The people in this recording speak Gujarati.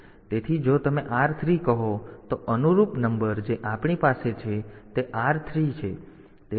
તેથી જો તમે R3 કહો તો અનુરૂપ નંબર જે આપણી પાસે છે તે R3 છે